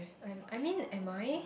I'm I mean am I